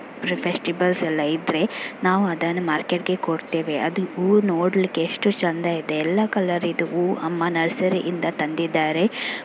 ಅಂದರೆ ಫೆಸ್ಟಿವಲ್ಸ್ ಎಲ್ಲ ಇದ್ದರೆ ನಾವದನ್ನು ಮಾರ್ಕೆಟ್ಗೆ ಕೊಡ್ತೇವೆ ಅದು ಹೂ ನೋಡಲಿಕ್ಕೆ ಎಷ್ಟು ಚೆಂದ ಇದೆ ಎಲ್ಲ ಕಲ್ಲರಿನದು ಹೂ ಅಮ್ಮ ನರ್ಸರಿಯಿಂದ ತಂದಿದ್ದಾರೆ